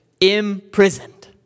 imprisoned